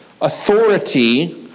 authority